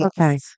Okay